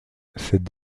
cette